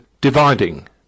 dividing